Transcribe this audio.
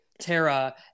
Tara